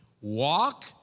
walk